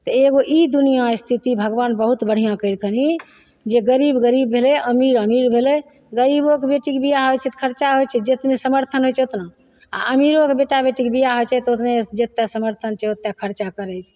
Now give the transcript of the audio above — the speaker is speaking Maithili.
तऽ एगो ई दुनिआँ स्थिति भगवान बहुत बढ़िआँ कयलखनि जे गरीब गरीब भेलय अमीर अमीर भेलय गरीबोके बेटीके बियाह होइ छै तऽ खर्चा होइ छै जेतने समर्थन होइ छै ओतना आओर अमीरोके बेटा बेटीके बियाह होइ छै तऽ ओतने जते समर्थन छै ओते खर्चा करय छै